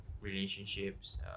relationships